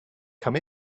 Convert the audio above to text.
come